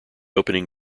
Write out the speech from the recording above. opening